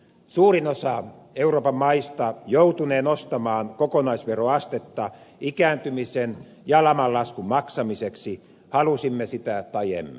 suurin osa euroopan maista joutunee nostamaan kokonaisveroastetta ikääntymisen ja laman laskun maksamiseksi halusimme sitä tai emme